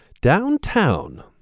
Downtown